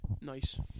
Nice